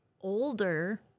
Older